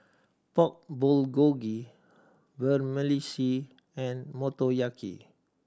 Pork Bulgogi Vermicelli and Motoyaki